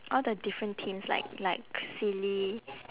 all the different themes like like silly